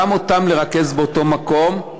לרכז באותו מקום.